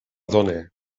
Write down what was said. dóna